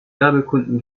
werbekunden